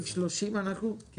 אני